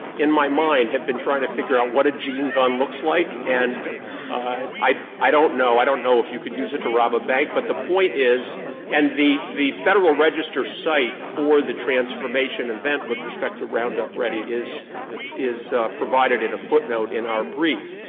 in my mind, have been trying to figure out what a gene gun looks like. and i i don't know i don't know if you could use it to rob a bank. but the point is and the the federal register site for the transformation event with respect to roundup ready is is provided in a footnote in our brief.